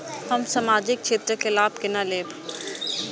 हम सामाजिक क्षेत्र के लाभ केना लैब?